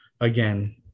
again